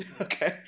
Okay